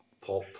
pop